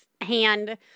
hand